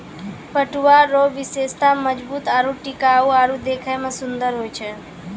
पटुआ रो विशेषता मजबूत आरू टिकाउ आरु देखै मे सुन्दर होय छै